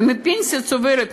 ומהפנסיה הצוברת,